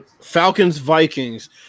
Falcons-Vikings